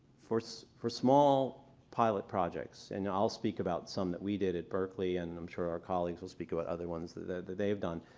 for so for small pilot projects and i'll speak about some that we did at berkeley and i'm sure our colleagues will speak about other ones that that they've done.